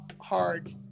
hard